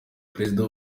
perezida